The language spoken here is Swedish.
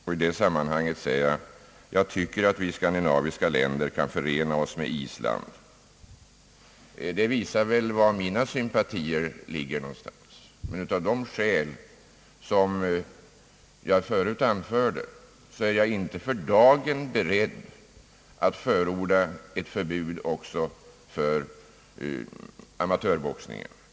Och i det sammanhanget säger jag: Jag tycker att vi skandinaviska länder kan förena oss med Island... Det visar väl var mina sympatier ligger. Men av det skäl som jag förut anförde är jag inte för dagen beredd att förorda ett förbud också för amatörboxningen.